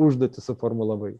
užduotį suformulavai